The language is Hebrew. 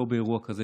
לא באירוע כזה,